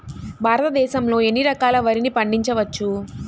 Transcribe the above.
భారతదేశంలో ఎన్ని రకాల వరిని పండించవచ్చు